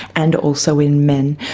and also in men.